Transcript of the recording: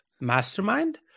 Mastermind